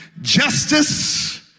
Justice